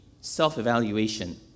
self-evaluation